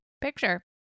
picture